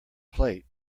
plate